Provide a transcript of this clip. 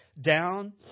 down